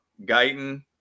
Guyton